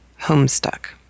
Homestuck